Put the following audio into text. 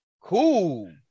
cool